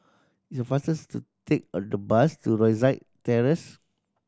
it's fastest to take a the bus to Rosyth Terrace